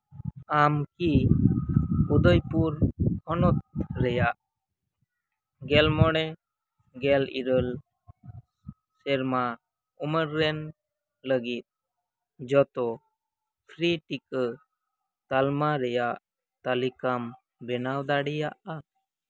ᱟᱢ ᱠᱤ ᱩᱫᱚᱭᱯᱩᱨ ᱦᱚᱱᱚᱛ ᱨᱮᱭᱟᱜ ᱜᱮᱞ ᱢᱚᱬᱮ ᱜᱮᱞ ᱮᱭᱟᱭ ᱩᱢᱟᱹᱨ ᱨᱮᱱ ᱞᱟᱹᱜᱤᱫ ᱡᱚᱛᱚ ᱯᱷᱤᱨᱤ ᱴᱤᱠᱟᱹ ᱛᱟᱞᱢᱟ ᱨᱮᱭᱟᱜ ᱛᱟᱞᱤᱠᱟᱢ ᱵᱮᱱᱟᱣ ᱫᱟᱲᱤᱭᱟᱜᱼᱟ